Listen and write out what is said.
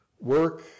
work